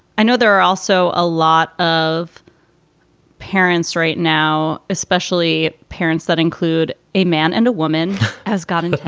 i know there are also a lot of parents right now, especially parents that include a man and a woman has gotten.